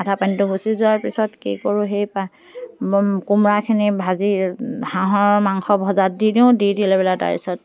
আঠা পানীটো গুচি যোৱাৰ পিছত কি কৰোঁ সেই পা কোমোৰাখিনি ভাজি হাঁহৰ মাংস ভজাত দি দিওঁ দি দি লৈ পেলাই তাৰপাছত